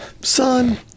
son